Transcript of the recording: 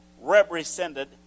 represented